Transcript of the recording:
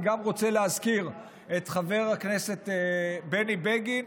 אני גם רוצה להזכיר את חבר הכנסת בני בגין,